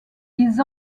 ils